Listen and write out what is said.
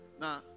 Now